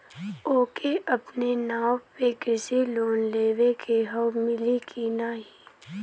ओके अपने नाव पे कृषि लोन लेवे के हव मिली की ना ही?